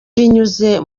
binyuze